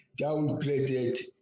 downgraded